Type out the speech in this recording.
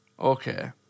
okay